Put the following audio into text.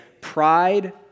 pride